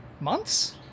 Months